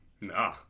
No